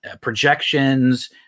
projections